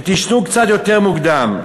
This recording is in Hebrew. ותישנו קצת יותר מוקדם.